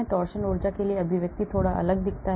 torsion ऊर्जा के लिए अभिव्यक्ति थोड़ा अलग दिखता है